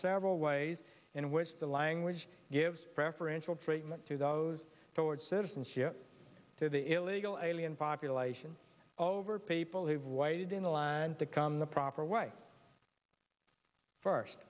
several ways in which the language gives preferential treatment to those toward citizenship to the illegal alien population over people who've waited in line to come the proper way first